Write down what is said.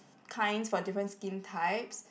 kinds for different skin types